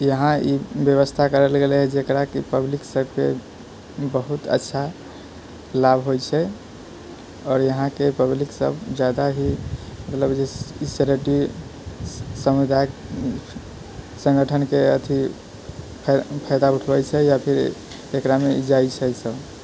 यहाँ ई व्यवस्था करल गेलै जेकरा कि पब्लिक सबके बहुत अच्छा लाभ होइ छै आओर यहाँके पब्लिक सब जादा ही मतलब ई चैरिटी सङ्गठनके अथी फायदा उठबै छै या फिर एकरामे जाइ छै सब